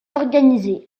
organisée